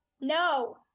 no